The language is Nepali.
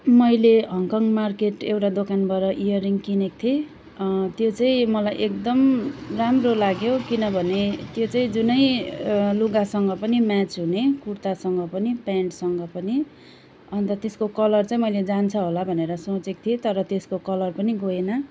मैले हङकङ मार्केट एउटा दोकानबाट इयररिङ किनेको थिएँ त्यो चाहिँ मलाई एकदम राम्रो लाग्यो किनभने त्यो चाहिँ जुनै लुगासँग पनि म्याच हुने कुर्तासँग पनि प्यान्टसँग पनि अन्त त्यसको कलर चाहिँ मैले जान्छ होला भनेर सोचेको थिएँ तर त्यसको कलर पनि गएन